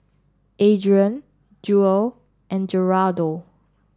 Adrien Jewel and Gerardo